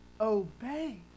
obey